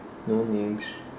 no names